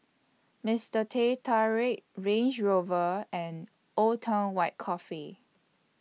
Mister Teh Tarik Range Rover and Old Town White Coffee